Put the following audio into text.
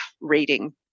reading